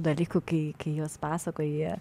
dalykų kai juos pasakoji